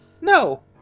No